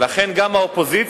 ולכן גם האופוזיציה,